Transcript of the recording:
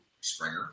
Springer